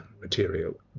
material